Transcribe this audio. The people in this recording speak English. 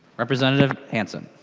representative hansen